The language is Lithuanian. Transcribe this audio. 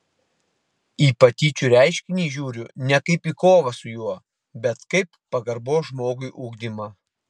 į patyčių reiškinį žiūriu ne kaip į kovą su juo bet kaip pagarbos žmogui ugdymą